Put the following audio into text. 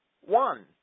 one